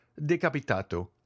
decapitato